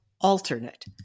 alternate